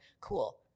cool